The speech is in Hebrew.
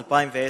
2010,